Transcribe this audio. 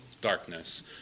darkness